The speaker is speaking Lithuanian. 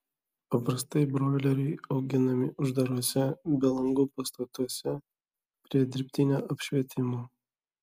paprastai broileriai auginami uždaruose be langų pastatuose prie dirbtinio apšvietimo